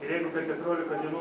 ir jeigu per keturiolika dienų